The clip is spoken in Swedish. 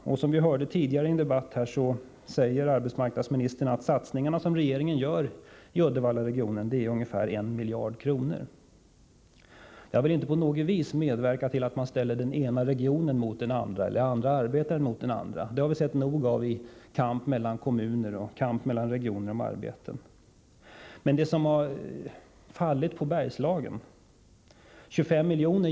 Vi hörde i en tidigare debatt arbetsmarknadsministern säga att regeringens satsningar i Uddevallaregionen kostar ungefär 1 miljard. Jag vill inte på något vis medverka till att man ställer den ena regionen mot den andra eller vissa arbetare mot andra — det har vi sett nog av i kamperna mellan kommuner och regioner om arbeten — men det som har fallit på Bergslagen är mycket litet.